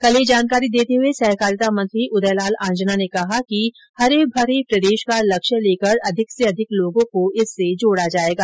कल यह जानकारी देते हुए सहकारिता मंत्री उदयलाल आंजना ने कहा हरे भरे प्रदेश का लक्ष्य लेकर अधिक से अधिक लोगों को इससे जोडा जायेगा